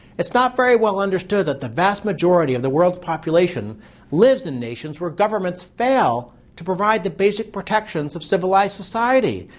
it's not very well understood that the vast majority of the world's population lives in nations where governments fail to provide the basic protections of civilized society.